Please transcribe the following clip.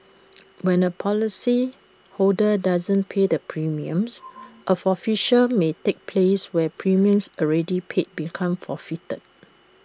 when A policyholder does not pay the premiums A forfeiture may take place where premiums already paid become forfeited